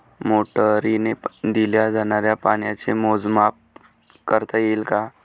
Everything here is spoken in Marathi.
मोटरीने दिल्या जाणाऱ्या पाण्याचे मोजमाप करता येईल का?